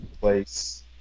place